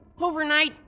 overnight